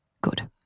Good